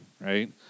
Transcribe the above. right